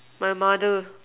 my mother